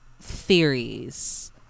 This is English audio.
theories